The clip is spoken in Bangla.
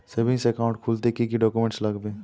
সেভিংস একাউন্ট খুলতে কি কি ডকুমেন্টস লাগবে?